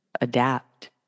adapt